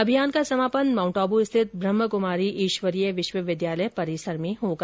अभियान का समापन माउंटआबू स्थित ब्रह्मा क्मारी ईश्वरीय विश्वविद्यालय परिसर में होगा